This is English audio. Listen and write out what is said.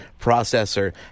processor